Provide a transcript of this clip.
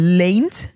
leent